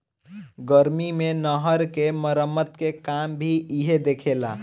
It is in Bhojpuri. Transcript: गर्मी मे नहर क मरम्मत के काम भी इहे देखेला